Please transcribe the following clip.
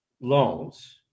loans